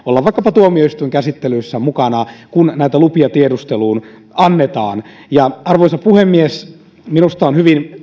vaikkapa tuomioistuinkäsittelyissä mukana kun näitä lupia tiedusteluun annetaan arvoisa puhemies minusta on hyvin